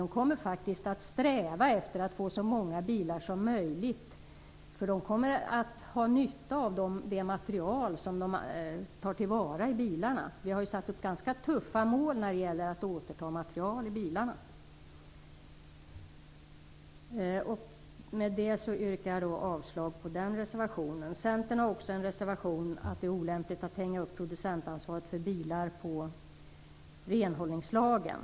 De kommer att sträva efter att få så många bilar som möjligt. De kommer nämligen att ha nytta av det material i bilarna som de kan ta till vara. Vi har ju satt upp ganska tuffa mål när det gäller att återta material i bilarna. Med det yrkar jag avslag på reservationen. Centern har också en reservation om att det är olämpligt att hänga upp producentansvaret för bilar på renhållningslagen.